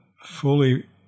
fully